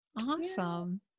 awesome